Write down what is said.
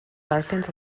darkened